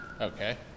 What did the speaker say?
Okay